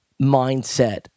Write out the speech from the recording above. mindset